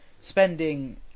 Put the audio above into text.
spending